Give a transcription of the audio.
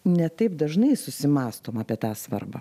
ne taip dažnai susimąstom apie tą svarbą